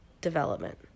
development